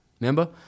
Remember